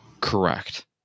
Correct